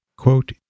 Quote